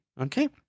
Okay